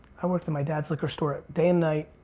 i worked in my dad's liquor store day and night,